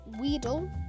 Weedle